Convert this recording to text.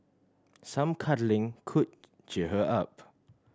some cuddling could cheer her up